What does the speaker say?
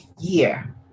year